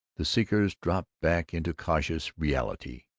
the seekers dropped back into cautious reality.